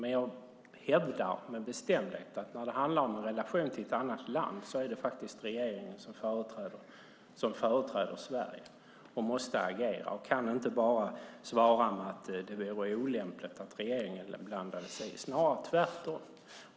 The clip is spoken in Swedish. Men jag hävdar med bestämdhet att när det handlar om vår relation till ett annat land är det regeringen som företräder Sverige och som måste agera. Den kan inte bara svara att det vore olämpligt att regeringen blandade sig i. Det är snarare tvärtom.